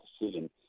decision